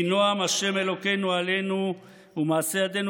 "ויהי נעם ה' אלוהינו עלינו ומעשה ידינו